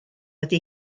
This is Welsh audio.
ydy